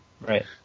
Right